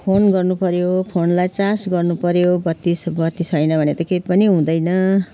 phone गर्नु पर्यो फोनलाई चार्ज गर्नु पर्यो बत्ती बत्ती छैन भने त केही पनि हुँदैन